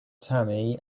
tammy